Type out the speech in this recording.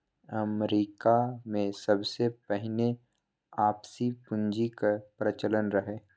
अमरीकामे सबसँ पहिने आपसी पुंजीक प्रचलन रहय